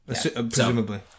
Presumably